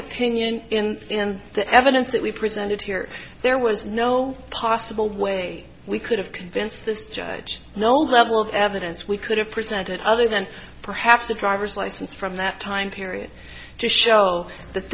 opinion in the evidence that we presented here there was no possible way we could have convince the judge no level of evidence we could have presented other than perhaps a driver's license from that time period to show that